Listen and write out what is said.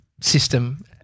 system